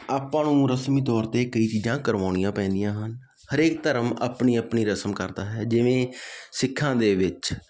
ਆਪਾਂ ਨੂੰ ਰਸਮੀ ਤੌਰ 'ਤੇ ਕਈ ਚੀਜ਼ਾਂ ਕਰਵਾਉਣੀਆਂ ਪੈਂਦੀਆਂ ਹਨ ਹਰੇਕ ਧਰਮ ਆਪਣੀ ਆਪਣੀ ਰਸਮ ਕਰਦਾ ਹੈ ਜਿਵੇਂ ਸਿੱਖਾਂ ਦੇ ਵਿੱਚ